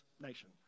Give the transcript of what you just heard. nation